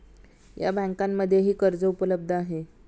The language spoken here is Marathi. या बँकांमध्ये कर्जही उपलब्ध आहे